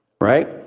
right